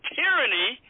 tyranny